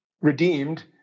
redeemed